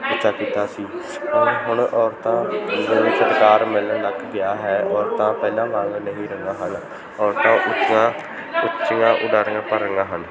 ਉੱਚਾ ਕੀਤਾ ਸੀ ਹੁਣ ਹੁਣ ਔਰਤਾਂ ਨੂੰ ਸਤਿਕਾਰ ਮਿਲਣ ਲੱਗ ਪਿਆ ਹੈ ਔਰਤਾਂ ਪਹਿਲਾਂ ਵਾਂਗ ਨਹੀਂ ਰਹੀਆਂ ਹਨ ਔਰਤਾਂ ਉੱਚੀਆਂ ਉੱਚੀਆਂ ਉਡਾਰੀਆਂ ਭਰ ਰਹੀਆਂ ਹਨ